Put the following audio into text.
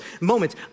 moments